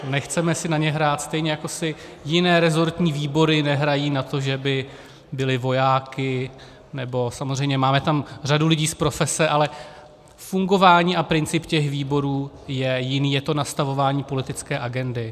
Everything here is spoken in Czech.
Nechceme si na ně hrát, stejně jako si jiné rezortní výbory nehrají na to, že by byly vojáky, nebo... samozřejmě, máte tam řadu lidí z profese, ale fungování a princip těch výborů je jiný, je to nastavování politické agendy.